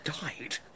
Died